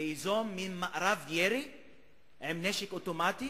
ליזום מין מארב ירי עם נשק אוטומטי.